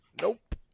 nope